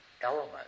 element